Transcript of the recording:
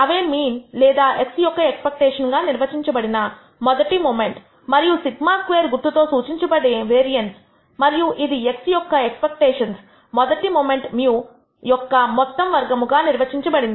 అవే mean లేదా x యొక్క expectation గా నిర్వచించబడిన మొదటి మొమెంట్ మరియు σ2 గుర్తుతో సూచించబడే వేరియన్స్ మరియు ఇది x యొక్క ఎక్స్పెక్టేషన్స్ మొదటి మొమెంట్ μయొక్క మొత్తం వర్గము గా నిర్వచించబడినది